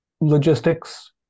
logistics